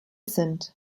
sind